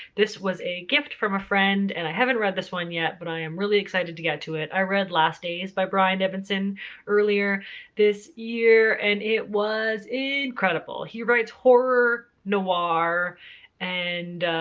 this was a gift from a friend and i haven't read this one yet but i am really excited to get to it. i read last days by brian evenson earlier this year and it was incredible. he writes horror noir and,